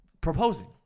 proposing